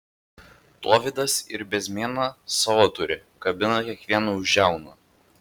dovydas ir bezmėną savo turi kabina kiekvieną už žiaunų